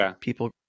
people